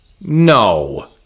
No